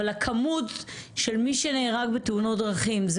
אבל הכמות של מי שנהרג בתאונות דרכים זה